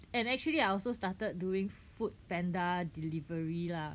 and actually I also started doing Foodpanda delivery lah